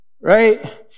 right